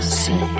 say